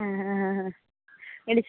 ആ ആ ആ ആ വിളിച്ച്